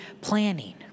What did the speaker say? planning